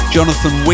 Jonathan